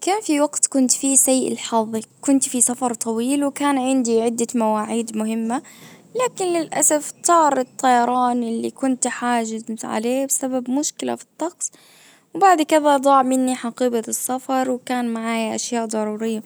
كان في وقت كنت في سييء الحظ كنت في سفر طويل وكان عندي عدة مواعيد مهمة لكن للاسف طار الطيران اللي كنت حاجز عليه بسبب مشكلة في الطقس وبعد كده ضاع مني حقيبة السفر وكان معايا اشياء ضرورية